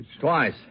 Twice